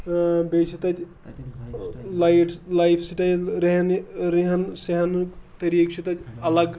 بہٕ چھِ تتہِ لایِٹ لایِف سِٹایل رہنی رہن سہنُک طریٖقہٕ چھُ تَتہِ اَلگ